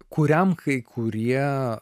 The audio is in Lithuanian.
kuriam kai kurie